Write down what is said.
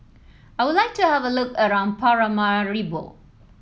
I would like to have a look around Paramaribo